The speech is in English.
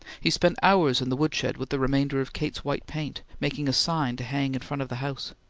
he spent hours in the woodshed with the remainder of kate's white paint, making a sign to hang in front of the house.